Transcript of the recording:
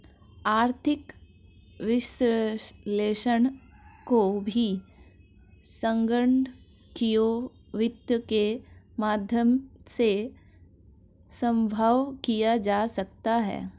आर्थिक विश्लेषण को भी संगणकीय वित्त के माध्यम से सम्भव किया जा सकता है